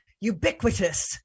ubiquitous